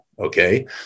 Okay